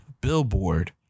Billboard